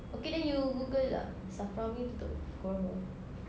okay then you google ah safra punya tutup pukul berapa